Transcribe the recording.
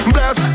Bless